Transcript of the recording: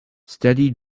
steady